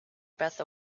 breath